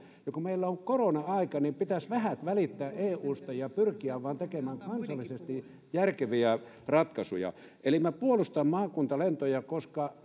ja kun meillä on korona aika niin pitäisi vähät välittää eusta ja pyrkiä vain tekemään kansallisesti järkeviä ratkaisuja eli minä puolustan maakuntalentoja koska